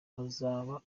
azaba